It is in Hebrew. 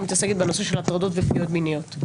מתעסקת בנושא של הטרדות ופגיעות מיניות.